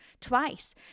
twice